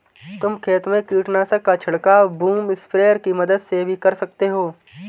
तुम खेत में कीटनाशक का छिड़काव बूम स्प्रेयर की मदद से भी कर सकते हो